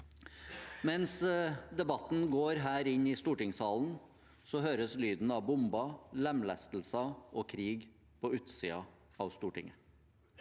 Mens debatten går her i stortingssalen, høres lyden av bomber, lemlestelser og krig på utsiden av Stortinget.